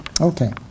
okay